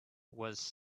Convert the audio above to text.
was